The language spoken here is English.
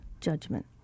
judgment